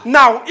now